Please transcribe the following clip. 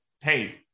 hey